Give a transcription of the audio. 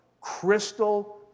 Crystal